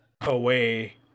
away